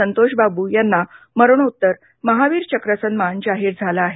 संतोष बाबू यांना मरणोत्तर महावीर चक्र सन्मान जाहीर झाला आहे